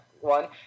one